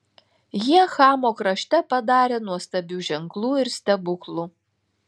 jie chamo krašte padarė nuostabių ženklų ir stebuklų